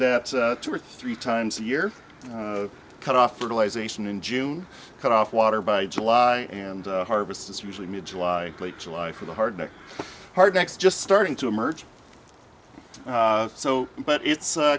that two or three times a year cut off fertilization in june cut off water by july and harvest is usually mid july late july for the hard part next just starting to emerge so but it's